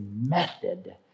method